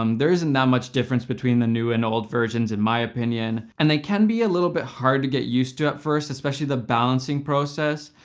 um there isn't that much difference between the new and old versions in my opinion. and they can be a little bit hard to get used to at first, especially the balancing process,